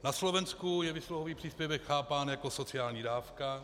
Na Slovensku je výsluhový příspěvek chápán jako sociální dávka.